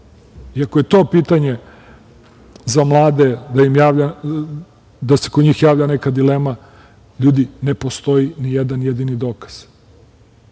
ako je to pitanje za mlade, da se kod njih javlja neka dilema, ljudi, ne postoji ni jedan jedini dokaz,